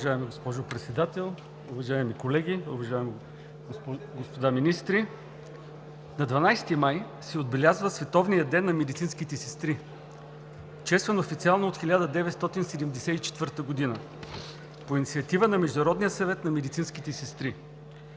Уважаема госпожо Председател, уважаеми колеги, уважаеми господа министри! На 12 май се отбелязва Световният ден на медицинските сестри, честван официално от 1974 г. по инициатива на Международния съвет на медицинските сестри.